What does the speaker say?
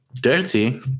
dirty